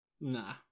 Nah